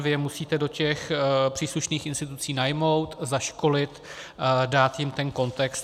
Vy je musíte do příslušných institucí najmout, zaškolit, dát jim kontext.